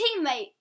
teammate